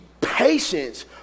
patience